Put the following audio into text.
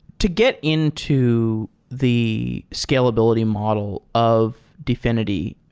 to get into the scalability model of dfinity,